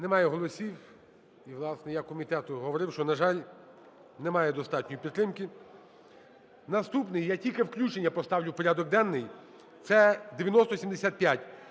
Немає голосів. Власне, я комітету говорив, що, на жаль, немає достатньої підтримки. Наступний – я тільки включення поставлю в порядок денний – це 9075,